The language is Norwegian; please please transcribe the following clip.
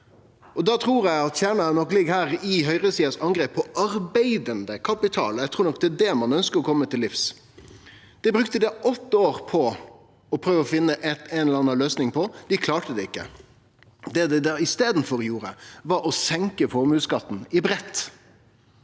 Eg trur at kjernen nok ligg i høgresidas angrep på arbeidande kapital, og eg trur nok det er det ein ønskjer å kome til livs. Det brukte dei åtte år på å prøve å finne ei eller anna løysing på. Dei klarte det ikkje. Det dei i staden gjorde, var å senke formuesskatten i breitt.